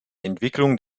entwicklung